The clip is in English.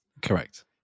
correct